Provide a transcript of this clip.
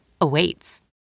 awaits